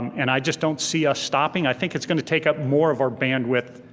and i just don't see us stopping. i think it's gonna take up more of our bandwidth,